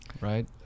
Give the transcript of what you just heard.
right